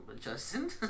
Justin